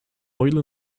oil